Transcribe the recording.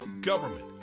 Government